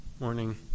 morning